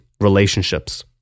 relationships